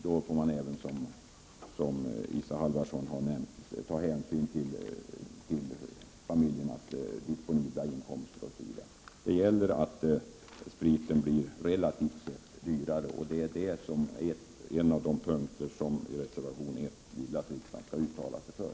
Då får man, som Isa Halvarsson nämnde, också ta hänsyn till familjernas disponibla inkomster o. d. Det gäller att alkoholhaltiga drycker blir relativt sett dyrare. Detta vill man i reservation 1 att riksdagen uttalar sig för.